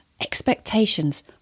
expectations